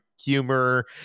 humor